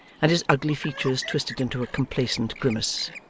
and his ugly features twisted into a complacent grimace.